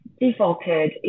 defaulted